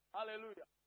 Hallelujah